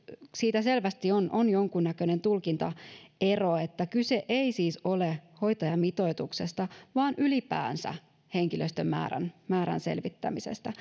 siinä selvästi on on jonkinnäköinen tulkintaero että kyse ei siis ole hoitajamitoituksesta vaan ylipäänsä henkilöstön määrän määrän selvittämisestä